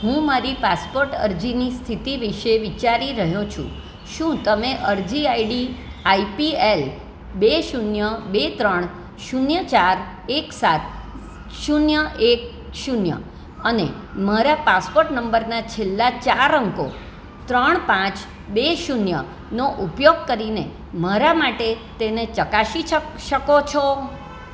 હું મારી પાસપોર્ટ અરજીની સ્થિતિ વિષે વિચારી રહ્યો છું શું તમે અરજી આઈડી આઇપીએલ બે શૂન્ય બે ત્રણ શૂન્ય ચાર એક સાત શૂન્ય એક શૂન્ય અને મારા પાસપોર્ટ નંબરના છેલ્લા ચાર અંકો ત્રણ પાંચ બે શૂન્યનો ઉપયોગ કરીને મારા માટે તેને ચકાસી શકો છો